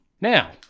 Now